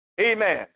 Amen